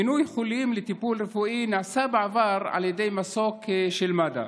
פינוי חולים לטיפול רפואי נעשה בעבר על ידי מסוק של מד"א.